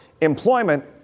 employment